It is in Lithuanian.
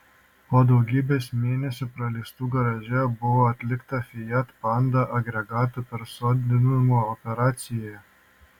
po daugybės mėnesių praleistų garaže buvo atlikta fiat panda agregatų persodinimo operacija